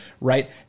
right